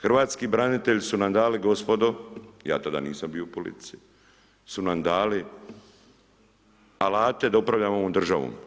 Hrvatski branitelju su nam dali, gospodo, ja tada nisam bio u politici, su nam dali, alate da upravljamo ovom državom.